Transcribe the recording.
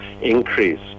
increase